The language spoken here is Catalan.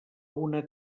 una